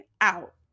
out